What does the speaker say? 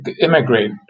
immigrate